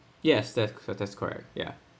yes that's so that's correct ya